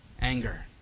Anger